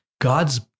God's